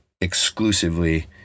exclusively